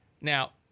Now